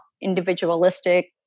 individualistic